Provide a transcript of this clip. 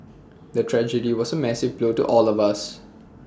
the tragedy was A massive blow to all of us